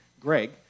Greg